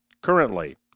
currently